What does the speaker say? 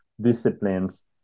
disciplines